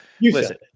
listen